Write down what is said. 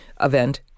event